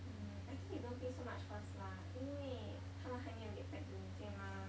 mm I think you don't think so much first lah 因为他还没有 get back to 你对吗